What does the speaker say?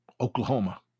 Oklahoma